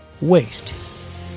waste